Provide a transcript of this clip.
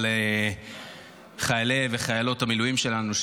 על חיילי וחיילות המילואים שלנו,